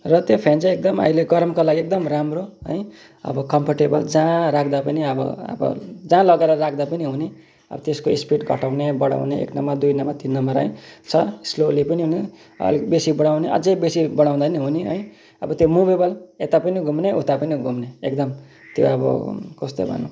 र त्यो फ्यान चाहिँ एकदम अहिले गरमको लागि एकदम राम्रो है अब कम्फोर्टेबल जहाँ राख्दा पनि अब अब जहाँ लगेर राख्दा पनि हुने अब त्यसको स्पिड घटाउने बढाउने एक नम्बर दुई नम्बर तिन नम्बर है छ स्लोली पनि हुने अलिक बेसी बढाउने अझै बेसी बढाउँदा पनि हुने है अब त्यो मुभेबल यता पनि घुम्ने उता पनि घुम्ने एकदम त्यो अब कस्तो भनौँ